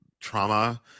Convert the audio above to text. trauma